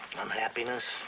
unhappiness